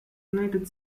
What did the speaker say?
united